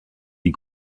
die